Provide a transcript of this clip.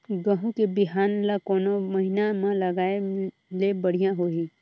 गहूं के बिहान ल कोने महीना म लगाय ले बढ़िया होही?